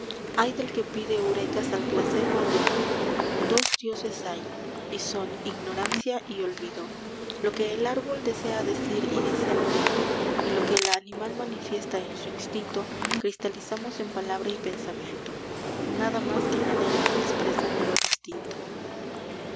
ay del que pide eurekas al placer o al dolor dos dioses hay y son ignorancia y olvido lo que el árbol desea decir y dice al viento y lo que el animal manifiesta en su instinto cristalizamos en palabra y pensamiento nada más que maneras expresan lo distinto